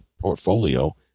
portfolio